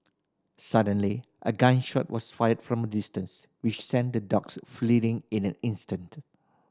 suddenly a gun shot was fired from distance which sent the dogs fleeing in an instant